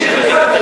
השרה הנכבדה,